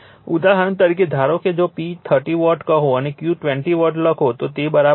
ઉદાહરણ તરીકે ધારો કે જો P 30 વોટ કહો અને Q 20 var લખો તો તે બરાબર છે